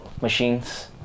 machines